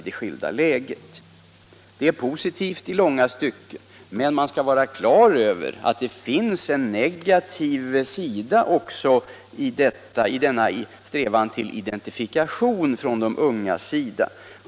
Det är positivt i långa stycken, men man måste vara klar över att det också finns negativa sidor av ungdomens strävan till identifikation.